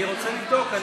אני רוצה לבדוק.